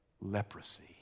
leprosy